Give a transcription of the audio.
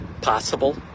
Possible